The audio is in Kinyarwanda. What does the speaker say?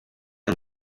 and